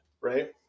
right